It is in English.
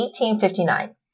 1859